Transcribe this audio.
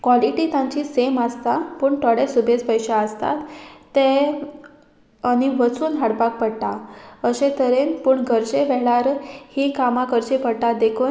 quality तांची same आसता पूण थोडे सुबेज पयशे आसतात तें आमी वचून हाडपाक पडटा अशे तरेन पूण घरचे वेळार ही कामां करची पडटा देखून